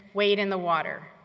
wade in the water.